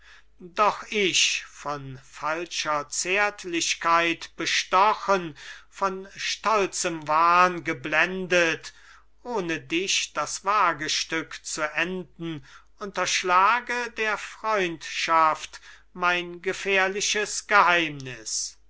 doch ich von falscher zärtlichkeit bestochen von stolzem wahn geblendet ohne dich das wagestück zu enden unterschlage der freundschaft mein gefährliches geheimnis